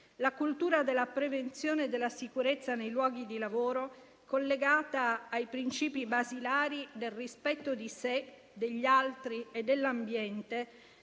La cultura della prevenzione e della sicurezza nei luoghi di lavoro, collegata ai principi basilari del rispetto di sé, degli altri e dell'ambiente,